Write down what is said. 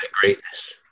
greatness